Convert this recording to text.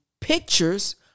pictures